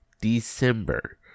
december